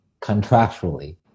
contractually